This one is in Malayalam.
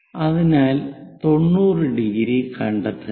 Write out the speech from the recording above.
അതിനാൽ 90⁰ കണ്ടെത്തുക